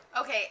Okay